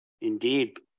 Indeed